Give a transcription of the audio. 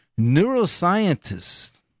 neuroscientists